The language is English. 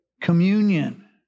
communion